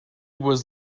was